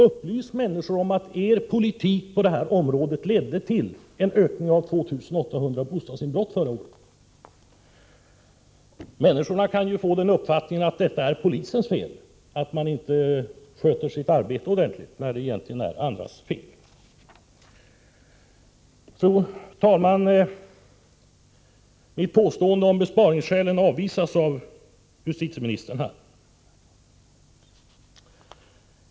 Upplys människor om att er politik på det här området ledde till en ökning med 2 800 bostadsinbrott förra året! Människorna kan ju få uppfattningen att detta är polisens fel — att den inte sköter sitt arbete ordentligt — när det egentligen är andras fel. Fru talman! Mitt påstående att besparingsskäl låg bakom reformens genomförande avvisas av justitieministern.